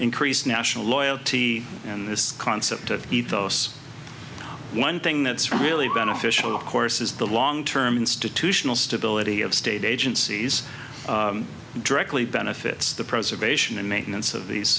increase national loyalty and this concept of ethos one thing that's really beneficial of course is the long term institutional stability of state agencies directly benefits the preservation and maintenance of these